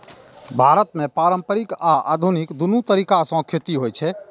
भारत मे पारंपरिक आ आधुनिक, दुनू तरीका सं खेती होइ छै